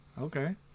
okay